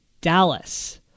Dallas